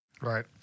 Right